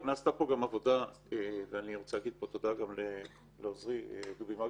אני רוצה להגיד תודה לעוזרי דובי,